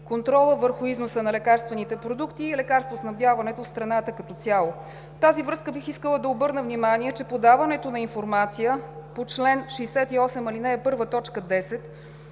контрола върху износа на лекарствените продукти и лакарствоснабдяването в страната като цяло. В тази връзка бих искала да обърна внимание, че подаването на информация по чл. 68, ал. 1, т. 10